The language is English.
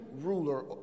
ruler